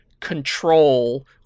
control